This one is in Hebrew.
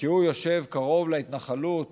וכי הוא יושב קרוב להתנחלות